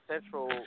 Central